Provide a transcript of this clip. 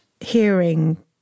hearing